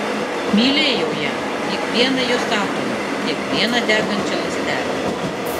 mylėjau ją kiekvieną jos atomą kiekvieną degančią ląstelę